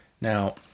Now